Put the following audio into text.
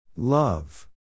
Love